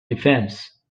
defense